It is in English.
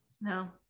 No